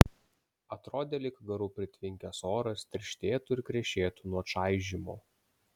atrodė lyg garų pritvinkęs oras tirštėtų ir krešėtų nuo čaižymo